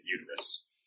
uterus